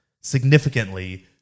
significantly